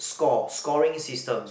score scoring system